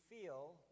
feel